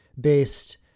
based